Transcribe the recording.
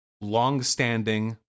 long-standing